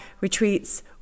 retreats